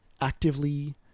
actively